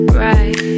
right